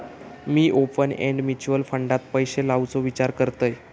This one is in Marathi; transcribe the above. मी ओपन एंड म्युच्युअल फंडात पैशे लावुचो विचार करतंय